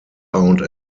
aunt